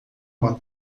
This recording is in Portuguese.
uma